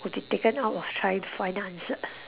would be taken out of trying to find the answer